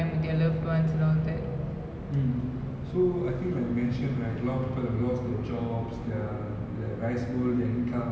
and then also இதுக்கு மேல வந்து திரும்ப வேல தேடுரது வந்து ரொம்ப கஷ்டமா இருந்துச்சு:ithuku mela vanthu thirumba vela thedurathu vanthu romba kastamaa irunthuchu and நெரயபேர்ட வேல:nerayaperda vela not only they lost they they were in a